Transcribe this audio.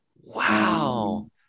Wow